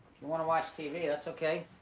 you wanna watch tv, that's okay.